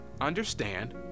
understand